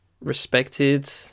respected